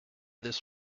this